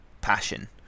passion